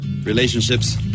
relationships